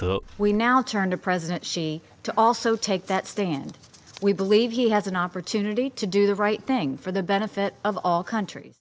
thought we now turn to president she to also take that stand we believe he has an opportunity to do the right thing for the benefit of all countr